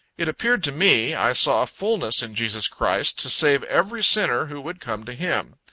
it appeared to me, i saw a fullness in jesus christ, to save every sinner who would come to him.